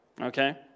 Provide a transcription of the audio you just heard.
okay